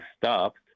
stopped